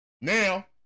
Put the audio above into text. now